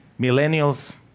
millennials